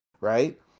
right